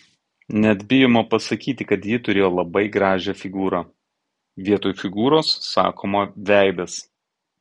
net bijoma pasakyti kad ji turėjo labai gražią figūrą vietoj figūros sakoma veidas